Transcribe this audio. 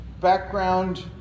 background